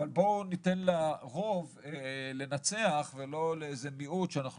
אבל בואו ניתן לרוב לנצח ולא לאיזה מיעוט שאנחנו